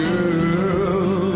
Girl